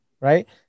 Right